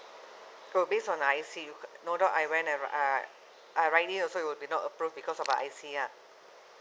but based on her I_C no doubt I went and I I write it also it will be not approved because of her I_C ah